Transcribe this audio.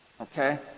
Okay